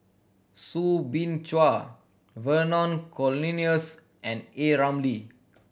Soo Bin Chua Vernon Cornelius and A Ramli